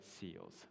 seals